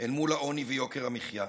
אל מול העוני ויוקר המחיה?